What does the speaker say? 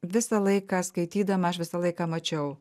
visą laiką skaitydama aš visą laiką mačiau